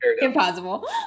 Impossible